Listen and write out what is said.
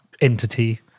entity